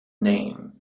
name